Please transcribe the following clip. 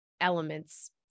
elements